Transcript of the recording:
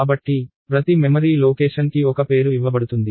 కాబట్టి ప్రతి మెమరీ స్థానానికి ఒక పేరు ఇవ్వబడుతుంది